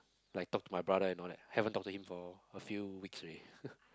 like talk to my brother and all that haven't talk to him for a few weeks already